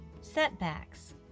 Setbacks